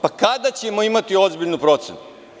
Pa kada ćemo imati ozbiljnu procenu?